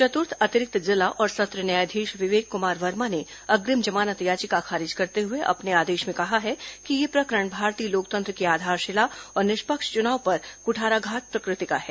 चतुर्थ अतिरिक्त जिला और सत्र न्यायाधीश विवेक कुमार वर्मा ने अग्रिम जमानत याचिका खारिज करते हुए अपने आदेश में कहा है कि यह प्रकरण भारतीय लोकतंत्र की आधारशिला और निष्पक्ष चुनाव पर कुठाराघात प्रकृति का है